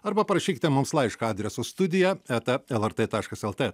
arba parašykite mums laišką adresu studija eta lrt taškas lt